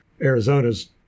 Arizona's